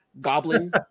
Goblin